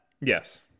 Yes